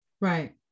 Right